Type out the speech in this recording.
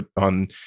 on